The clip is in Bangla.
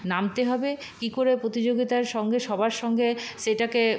নামতে হবে কী করে প্রতিযোগিতার সঙ্গে সবার সঙ্গে সেটাকে